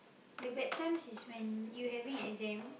the bad times is when you having exam